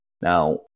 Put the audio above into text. now